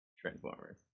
Transformers